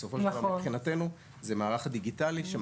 בסופו של דבר מבחינתנו זה מערך דיגיטלי,